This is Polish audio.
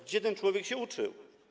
Gdzie ten człowiek się uczył?